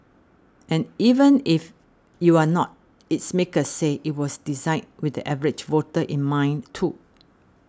and even if you are not its makers say it was designed with the average voter in mind too